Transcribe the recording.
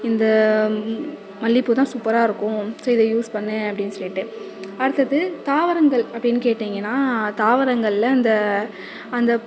இந்த மல்லிகைப்பூ தான் சூப்பராக இருக்கும் ஸோ இதை யூஸ் பண்ணு அப்படின்னு சொல்லிட்டு அடுத்தது தாவரங்கள் அப்படின்னு கேட்டீங்கன்னா தாவரங்களில் இந்த அந்த